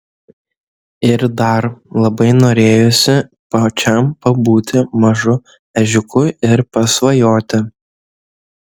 ir dar labai norėjosi pačiam pabūti mažu ežiuku ir pasvajoti